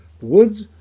Woods